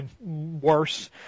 worse